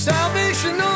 Salvation